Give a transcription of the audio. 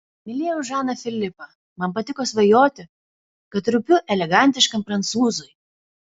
mylėjau žaną filipą man patiko svajoti kad rūpiu elegantiškam prancūzui